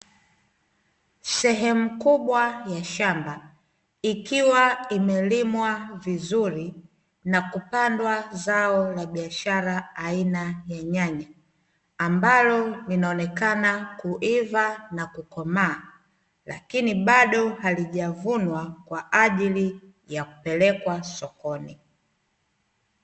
Sehemu kubwa ya shamba, ikiwa imelimwa vizuri na kupandwa zao la biashara aina ya nyanya. Ambalo linaonekana kuiva na kukomaa, lakini bado halijavunwa kwa ajili ya kupelekwa sokoni.